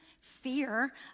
fear